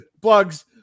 Plugs